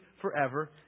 forever